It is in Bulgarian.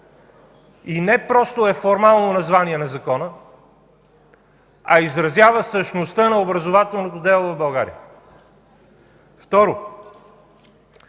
и не просто е формално название на закона, а изразява същността на образователното дело в България. Второ,